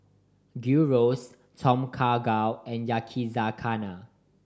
Gyros Tom Kha Gai and Yakizakana